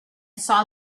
saw